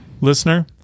Listener